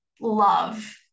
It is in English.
love